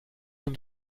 dem